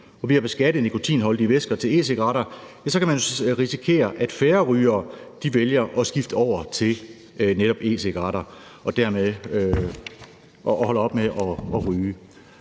og ved at beskatte nikotinholdige væsker til e-cigaretter kan man risikere, at færre rygere vælger at skifte over til netop e-cigaretter og dermed ikke holder op med at ryge.